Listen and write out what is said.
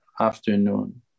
afternoon